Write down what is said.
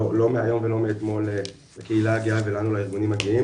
לא מהיום ולא מאתמול לקהילה הגאה ולנו לארגונים הגאים